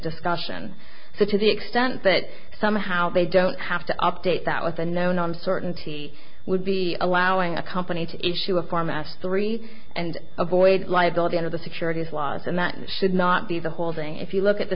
discussion so to the extent that somehow they don't have to update that with a known on certainty would be allowing a company to issue a form astore and avoid liability under the securities laws and that should not be the holding if you look at the